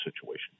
situation